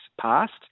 passed